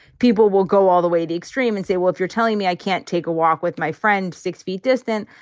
people will go all the way to extreme and say, if you're telling me i can't take a walk with my friend six feet distant,